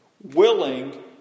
willing